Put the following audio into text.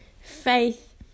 Faith